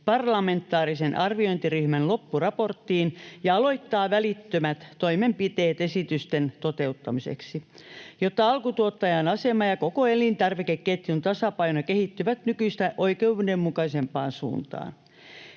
parlamentaarisen arviointiryhmän loppuraporttiin ja aloittaa välittömät toimenpiteet esitysten toteuttamiseksi, jotta alkutuottajan asema ja koko elintarvikeketjun tasapaino kehittyvät nykyistä oikeudenmukaisempaan suuntaan.